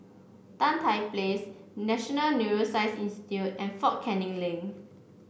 Tan Tye Place National Neuroscience Institute and Fort Canning Link